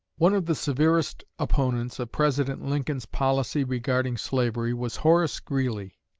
one of the severest opponents of president lincoln's policy regarding slavery was horace greeley.